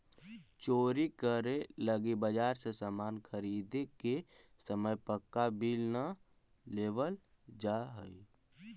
चोरी करे लगी बाजार से सामान ख़रीदे के समय पक्का बिल न लेवल जाऽ हई